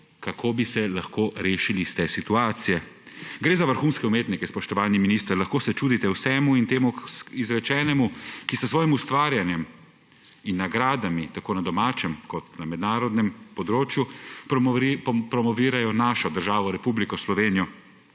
kako bi se lahko rešili iz te situacije. Gre za vrhunske umetnike, spoštovani minister – lahko se čudite vsemu izrečenemu – ki s svojim ustvarjanjem in nagradami tako na domačem kot na mednarodnem področju promovirajo našo državo Republiko Slovenijo